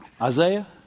Isaiah